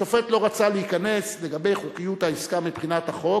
השופט לא רצה להיכנס לגבי חוקיות העסקה מבחינת החוק,